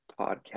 podcast